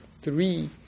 three